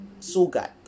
Sugat